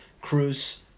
Cruz